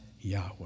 Yahweh